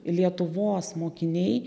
lietuvos mokiniai